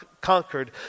conquered